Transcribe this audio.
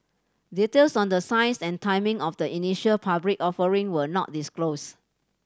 details on the size and timing of the initial public offering were not disclosed